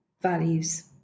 values